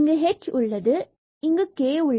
k இங்கு உள்ளது